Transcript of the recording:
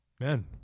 Man